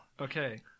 Okay